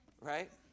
right